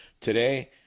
Today